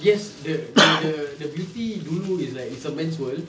yes the benda the beauty dulu is like a man's world